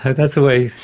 ah that's the way.